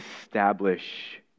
establish